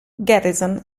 garrison